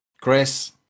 Chris